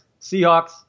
Seahawks